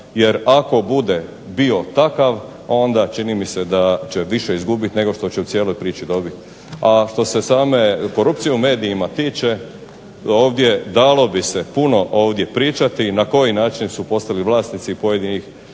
jer ako bude bio takav onda čini mi se da će više izgubit nego što će u cijeloj priči dobit. A što se same korupcije u medijima tiče ovdje dalo bi se puno ovdje pričati na koji način su postali vlasnici pojedinih